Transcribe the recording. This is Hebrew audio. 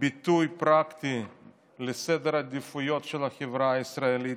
ביטוי פרקטי לסדר העדיפויות של החברה הישראלית,